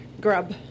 grub